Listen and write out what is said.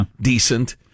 Decent